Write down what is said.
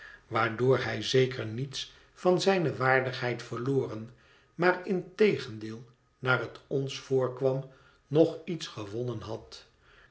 waardoor h'j zeker niets van zijne waardigheid verloren maar integendeel naar het ons voorkwam nog iets gewonnen had